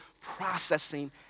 processing